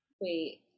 Wait